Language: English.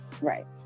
right